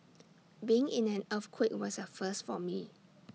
being in an earthquake was A first for me